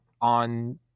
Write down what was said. on